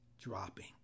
dropping